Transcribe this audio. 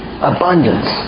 Abundance